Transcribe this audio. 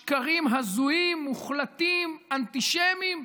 שקרים הזויים, מוחלטים, אנטישמיים.